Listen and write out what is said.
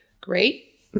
great